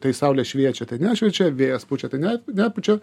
tai saulė šviečia tai nešviečia vėjas pučia tai ne nepučiu